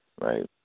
Right